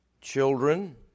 children